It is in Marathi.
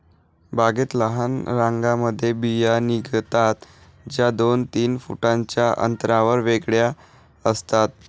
बागेत लहान रांगांमध्ये बिया निघतात, ज्या दोन तीन फुटांच्या अंतरावर वेगळ्या असतात